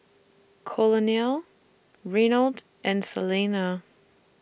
Colonel Reynold and Salena